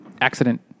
accident